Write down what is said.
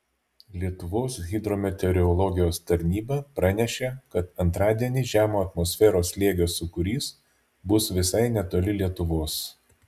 lietuvos hidrometeorologijos tarnyba pranešė kad antradienį žemo atmosferos slėgio sūkurys bus visai netoli lietuvos